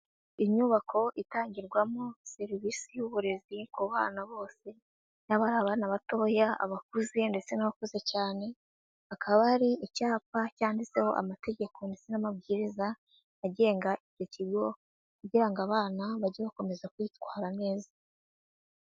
Inyubako itangirwamo serivisi y'uburezi ku bana bose; yaba ari aba batoya, abakuze ndetse n'abakuze cyane, akaba ari icyapa cyanditseho amategeko ndetse n'amabwiriza agenga icyo kigo kugirango ngo abana bajye bakomeza kwitwara neza.